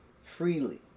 freely